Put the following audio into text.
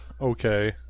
Okay